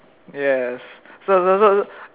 yes so so so